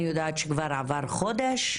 אני יודעת שכבר עבר חודש.